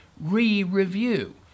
re-review